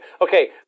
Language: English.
Okay